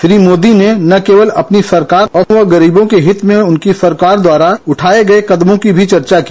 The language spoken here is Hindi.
श्री मोदी ने न केवल अपनी सरकार और गरीबों के हित में उनकी सरकार द्वारा उठाये गये कदमों की भी चर्चा की